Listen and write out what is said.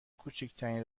کوچکترین